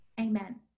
Amen